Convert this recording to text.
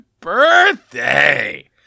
birthday